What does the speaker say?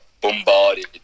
bombarded